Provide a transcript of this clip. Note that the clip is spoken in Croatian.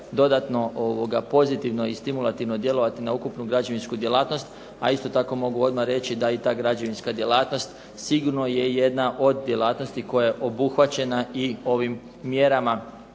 dodatno pozitivno i stimulativno djelovati na ukupnu građevinsku djelatnost, a isto tako mogu odmah reći da i ta građevinska djelatnost sigurno je jedna od djelatnosti koja je obuhvaćena i ovim mjerama